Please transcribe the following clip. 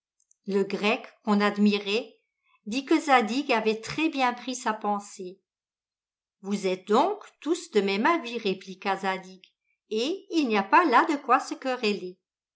le grec qu'on admirait dit que zadig avait très bien pris sa pensée vous êtes donc tous de même avis répliqua zadig et il n'y a pas là de quoi se quereller